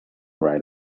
right